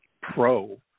pro